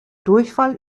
durchfall